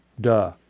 duh